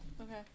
Okay